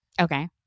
Okay